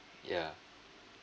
yeah